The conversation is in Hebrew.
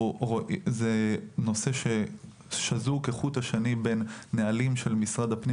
זה נושא ששזור בנהלים של משרד הפנים